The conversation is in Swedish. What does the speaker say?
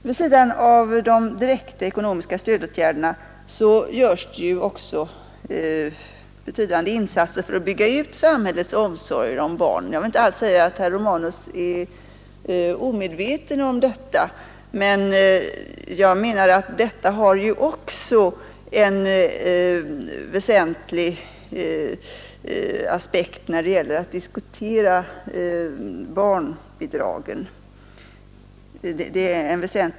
Vid sidan av de direkt ekonomiska stödåtgärderna görs även betydande insatser för att bygga ut samhällets omsorger om barnen. Jag vill inte alls säga att herr Romanus är omedveten om detta, men jag menar att det också är en väsentlig aspekt i denna diskussion om barnbidragen.